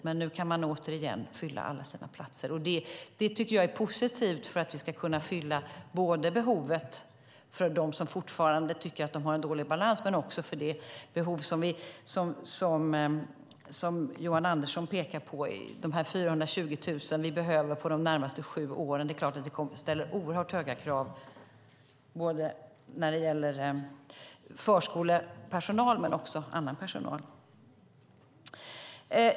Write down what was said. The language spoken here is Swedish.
Men nu kan man återigen fylla alla sina platser. Det tycker jag är positivt för att vi ska kunna fylla behovet för dem som fortfarande tycker att de har en dålig balans men också för det behov som Johan Andersson pekade på, alltså de 420 000 som vi behöver under de närmaste sju åren. Det är klart att det kommer att ställa oerhört höga krav när det gäller både förskolepersonal och annan personal.